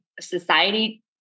society